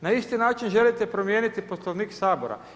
Na isti način želite promijeniti Poslovnik Sabora.